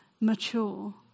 mature